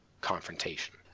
confrontation